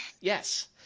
Yes